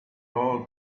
all